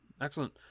excellent